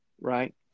Right